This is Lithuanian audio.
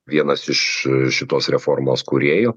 vienas iš šitos reformos kūrėjų